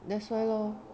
that's why loh